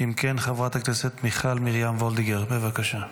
אם כן, חברת הכנסת מיכל מרים וולדיגר, בבקשה.